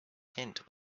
tent